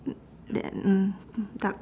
then dark